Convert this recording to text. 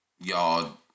Y'all